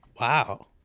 Wow